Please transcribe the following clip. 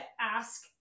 ask